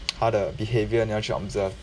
他的 behaviour 你要去 observe